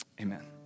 Amen